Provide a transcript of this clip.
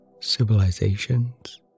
civilizations